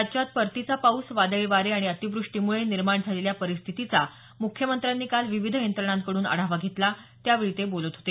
राज्यात परतीचा पाऊस वादळी वारे आणि अतिवृष्टीमुळे निर्माण झालेल्या परिस्थितीचा मुख्यमंत्र्यांनी काल विविध यंत्रणांकडून आढावा घेतला त्यावेळी ते बोलत होते